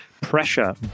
Pressure